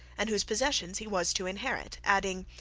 and whose possessions he was to inherit adding,